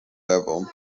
devon